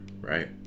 right